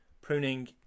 pruning